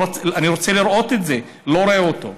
אני רוצה לראות את זה, לא רואה אותו.